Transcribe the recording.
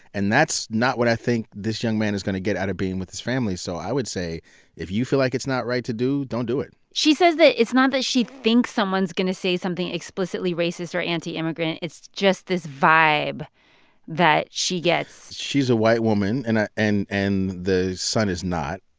and that's not what i think this young man is going to get out of being with his family. so i would say if you feel like it's not right to do, don't do it she says that it's not that she thinks someone's going to say something explicitly racist or anti-immigrant. it's just this vibe that she gets she's a white woman. and and and the son is not.